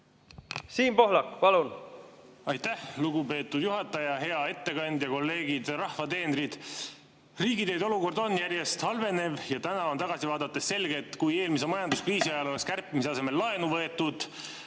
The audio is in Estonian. Siim Pohlak, palun! Aitäh, lugupeetud juhataja! Hea ettekandja! Kolleegid, rahva teenrid! Riigiteede olukord järjest halveneb ja täna tagasi vaadates on selge, et kui eelmise majanduskriisi ajal oleks kärpimise asemel laenu võetud,